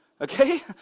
okay